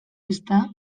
ezta